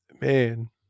man